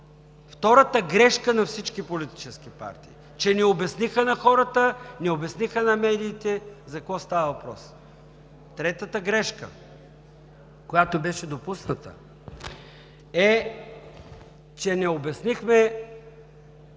втората грешка на всички политически партии, че не обясниха на хората, не обясниха на медиите за какво става въпрос. Третата грешка, която беше допусната, е, че не обяснихме